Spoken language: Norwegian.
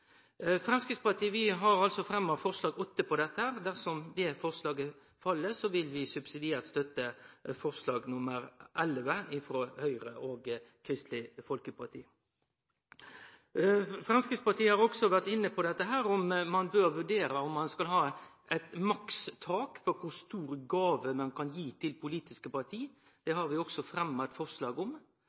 Framstegspartiet har altså fremja forslag nr. 8 om dette. Dersom det forslaget fell, vil vi subsidiært støtte forslag nr. 11, frå Høgre og Kristeleg Folkeparti. Framstegspartiet har òg vore inne på om ein bør vurdere å ha eit makstak for kor stor gåve ein kan gi til politiske parti. Det har vi òg fremja eit forslag om.